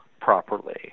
properly